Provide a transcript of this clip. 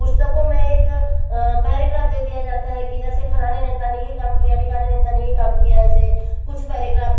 पुस्तकों में एक पहरेग्राफ दे दिया जाता है कि जैसे फलाने नेता ने ये काम किया ढिकाने नेता ने ये काम किया ऐसे कुछ पैरेग्राफ